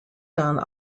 done